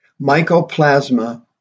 Mycoplasma